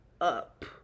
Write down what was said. up